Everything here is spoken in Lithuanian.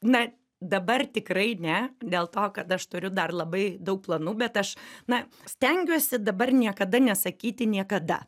na dabar tikrai ne dėl to kad aš turiu dar labai daug planų bet aš na stengiuosi dabar niekada nesakyti niekada